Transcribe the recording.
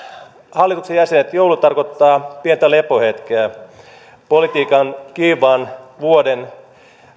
hallituksen jäsenet joulu tarkoittaa pientä lepohetkeä politiikan kiivaan vuoden